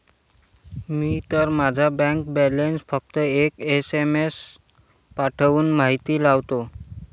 मी तर माझा bank balance फक्त एक एस.एम.एस पाठवून माहिती लावतो